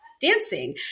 dancing